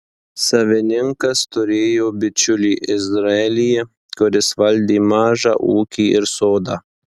savininkas turėjo bičiulį izraelyje kuris valdė mažą ūkį ir sodą